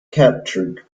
captured